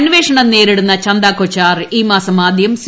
അന്വേഷണം നേരിടുന്ന ചന്ദ കൊച്ചാർ ഈ മാസം ആദ്യം സി